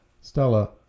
Stella